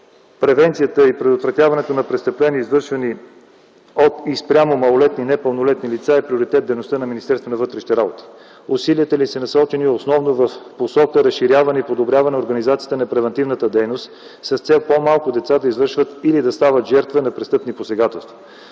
Превенцията и предотвратяването на престъпления, извършени от и спрямо малолетни и непълнолетни лица е приоритет в дейността на Министерството на вътрешните работи. Усилията ни са насочени основно в посока разширяване и подобряване организацията на превантивната дейност с цел по-малко деца да извършват или да стават жертва на престъпни посегателства.